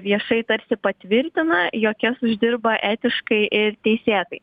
viešai tarsi patvirtina jog jos uždirba etiškai ir teisėtai